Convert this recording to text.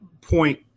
point